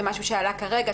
זה משהו שעלה כרגע,